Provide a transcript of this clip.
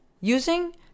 using